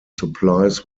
supplies